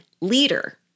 leader